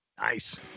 Nice